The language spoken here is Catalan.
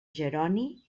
jeroni